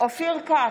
אופיר כץ,